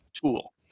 tool